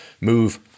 move